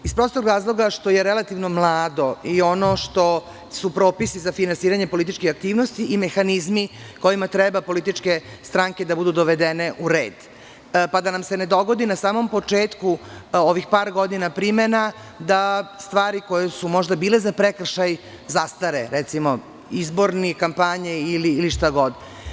Iz prostog razloga što je relativno mlado i ono što su propisi za finansiranje političkih aktivnosti i mehanizmi kojima treba političke stranke da budu dovedene u red, pa da nam se ne dogodi da na samom početku ovih par godina primena, da stvari koje su možda bile za prekršaj zastare, recimo, izborne kampanje ili šta god.